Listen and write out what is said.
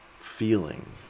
feeling